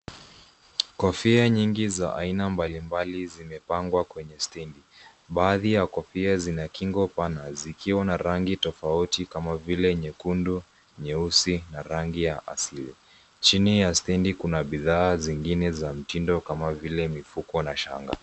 Kofia nyingi za aina mbalimbali zimepangwa kwenye stendi. Baadhi ya kofia zina kingo pana ,zikiwa na rangi tofauti kama vile nyekundu, nyeusi na rangi ya asili. Chini ya stendi kuna bidhaa zingine za mtindo kama vile mifuko na shanga.